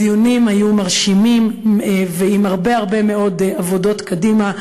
הדיונים היו מרשימים ועם הרבה מאוד עבודות קדימה,